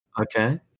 Okay